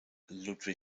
ludwig